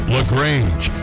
LaGrange